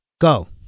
go